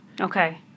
Okay